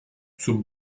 zum